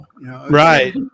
Right